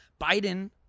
Biden